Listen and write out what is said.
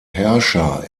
herrscher